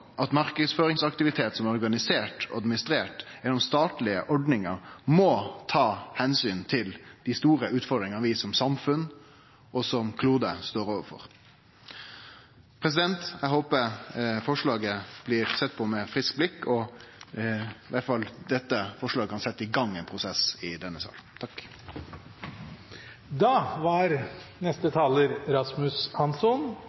at marknadsføringsaktivitet som er organisert og administrert gjennom statlege ordningar, må ta omsyn til dei store utfordringane vi som samfunn og som klode står overfor. Eg håper forslaget blir sett på med eit friskt blikk og at dette forslaget iallfall kan setje i gang ein prosess i denne salen.